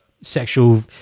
sexual